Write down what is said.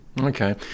Okay